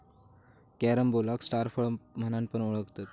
कॅरम्बोलाक स्टार फळ म्हणान पण ओळखतत